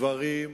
גברים,